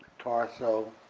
torso.